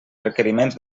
requeriments